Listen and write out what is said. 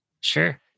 sure